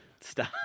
Stop